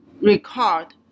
record